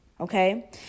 Okay